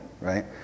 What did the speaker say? right